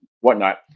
whatnot